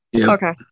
Okay